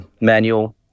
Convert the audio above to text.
manual